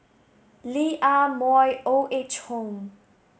Lee Ah Mooi Old Age Home